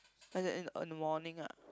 like that in a morning ah